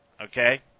okay